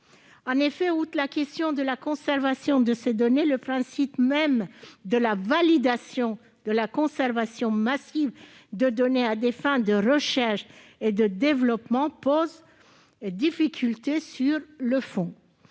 l'efficacité. Outre la question de la conservation des données, le principe même de la validation de la conservation massive de données à des fins de recherche et de développement pose des difficultés sur le fond.